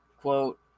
Quote